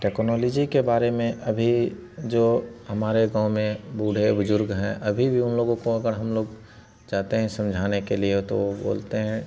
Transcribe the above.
technology के बारे में अभी जो हमारे गाँव में बूढ़े बुज़ुर्ग हैं अभी भी उन लोगों को अगर हम लोग जाते हैं समझाने के लिए तो बोलते हैं